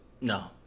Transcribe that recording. No